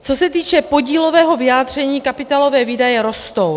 Co se týče podílového vyjádření, kapitálové výdaje rostou.